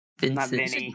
Vincent